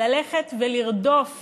ללכת ולרדוף